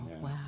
wow